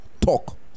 Talk